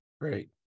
great